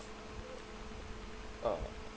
uh